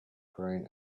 green